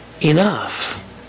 enough